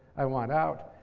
i want out.